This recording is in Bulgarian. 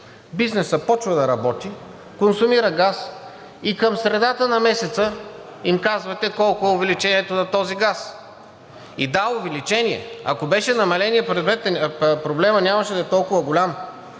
бизнесът започва да работи, консумира газ и към средата на месеца им казвате колко е увеличението на този газ. И, да, увеличение. Ако беше намаление, проблемът нямаше да е толкова голям.